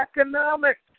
economics